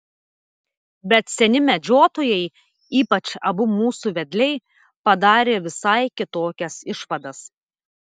bet seni medžiotojai ypač abu mūsų vedliai padarė visai kitokias išvadas